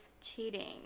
cheating